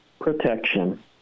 protection